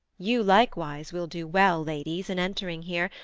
you likewise will do well, ladies, in entering here,